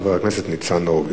חבר הכנסת ניצן הורוביץ.